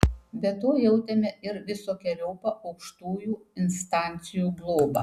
be to jautėme ir visokeriopą aukštųjų instancijų globą